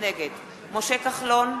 נגד משה כחלון,